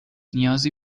نیازی